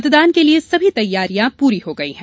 मतदान के लिए सभी तैयारियां पूरी हो गई है